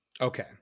Okay